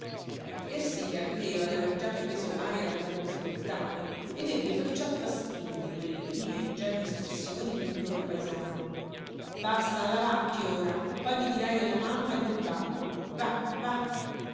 ersilia credeva d'aver già preso l'aria della continentale ed ebbe perciò fastidio di quelle vive ingenue espressioni di pudor paesano basta a lavarti ora poi mi dirai della mamma e del babbo va va